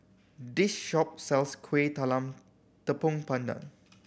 this shop sells Kueh Talam Tepong Pandan